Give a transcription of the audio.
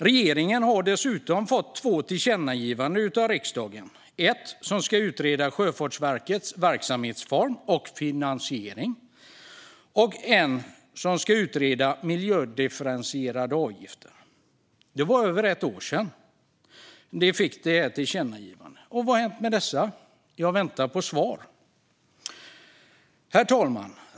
Regeringen har dessutom fått två tillkännagivanden av riksdagen - ett om att utreda Sjöfartsverkets verksamhetsform och finansiering och ett om att utreda miljödifferentierade avgifter. Det var över ett år sedan man fick dessa tillkännagivanden, och vad har hänt med dem? Jag väntar på svar. Herr talman!